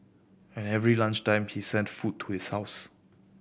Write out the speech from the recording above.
and every lunch time he sent food to his house